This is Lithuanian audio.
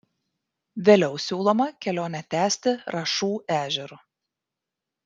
vėliau siūloma kelionę tęsti rašų ežeru